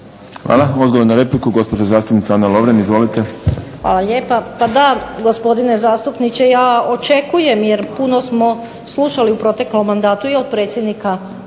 Hvala. Odgovor na repliku, gospođa zastupnica Ana Lovrin. Izvolite. **Lovrin, Ana (HDZ)** Hvala lijepa. Pa da gospodine zastupniče ja očekujem, jer puno smo slušali u proteklom mandatu i od predsjednika